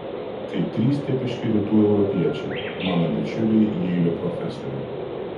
tai trys tipiški rytų europiečiai mano bičiuliai jeilio profesoriai